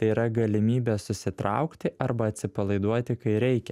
tai yra galimybė susitraukti arba atsipalaiduoti kai reikia